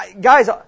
Guys